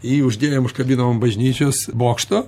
jį uždėjom užkabinom ant bažnyčios bokšto